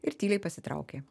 ir tyliai pasitraukė